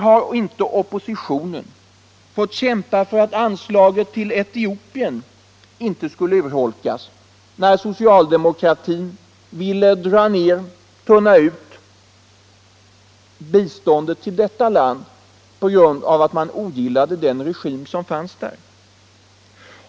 Här inte oppositionen fått kämpa för att anslaget till Etiopien inte skulle urholkas när socialdemokratin ville tunna ut biståndet till detta land på grund av att man ogillade den regim som fanns där?